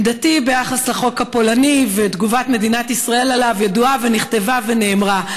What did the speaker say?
עמדתי ביחס לחוק הפולני ותגובת מדינת ישראל עליו ידועה ונכתבה ונאמרה,